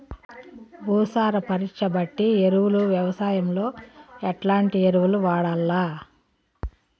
భూసార పరీక్ష బట్టి ఎరువులు వ్యవసాయంలో ఎట్లాంటి ఎరువులు వాడల్ల?